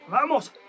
vamos